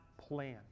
plan